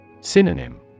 Synonym